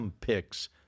Picks